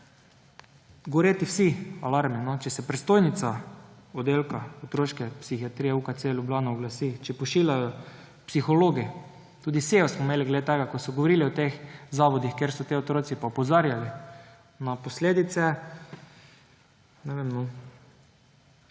goreti vsi alarmi, če se predstojnica oddelka otroške psihiatrije UKC Ljubljana oglasi, če pošiljajo psihologe, tudi sejo smo imeli glede tega, ko so govorili o teh zavodih, kjer so ti otroci, pa opozarjali na posledice. Tako